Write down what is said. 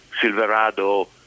Silverado